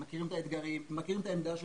הם מכירים את האתגרים ומכירים את העמדה שלנו.